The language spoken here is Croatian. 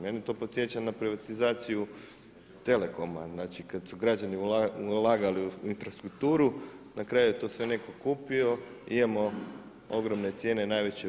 Mene to podsjeća na privatizaciju Telekoma, znači kada su građani ulagali u infrastrukturu na kraju je to sve neko kupio i imamo ogromne cijene najveće u EU.